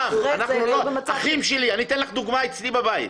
--- אני אתן לך דוגמה מהבית שלי.